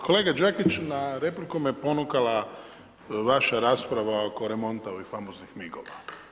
Kolega Đakić, na repliku me ponukala vaša rasprava oko remonta i ovih famoznih MIG-ova.